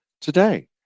today